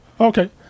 Okay